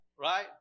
right